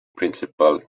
principal